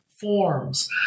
forms